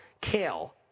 Kale